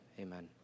Amen